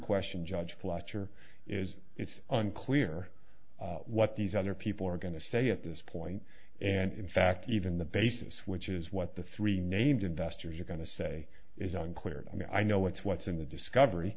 question judge fletcher is it's unclear what these other people are going to say at this point and in fact even the basis which is what the three named investors are going to say is unclear i mean i know what's what's in the discovery